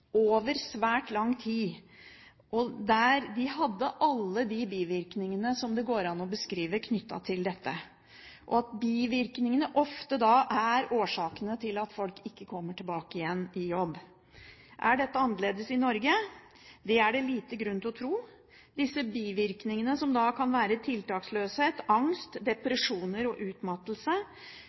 over svært lang tid. De hadde alle de bivirkningene som det går an å beskrive knyttet til dette, og bivirkningene er ofte årsaken til at folk ikke kommer seg tilbake i jobb. Er dette annerledes i Norge? Det er det liten grunn til å tro. Disse bivirkningene, som kan være tiltaksløshet, angst, depresjoner og